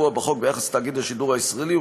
הקבוע בחוק ביחס לתאגיד השידור הישראלי,